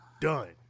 Done